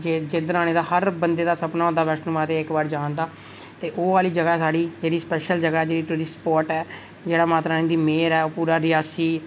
जिद्धर आने दा हर बंदे दा सपना होंदा वैष्णो इक बार जान दा ते ओह् आहली जगह ऐ स्हाड़ी जेह्ड़ी स्पैशल जगह जेह्ड़ी स्पॉट ऐ जेह्ड़ी माता रानी दी मेह्र ऐ पूरा रियासी